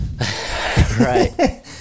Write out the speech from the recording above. Right